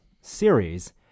series